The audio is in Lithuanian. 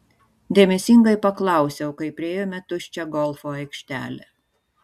dėmesingai paklausiau kai priėjome tuščią golfo aikštelę